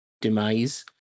demise